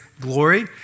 glory